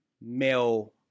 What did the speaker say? male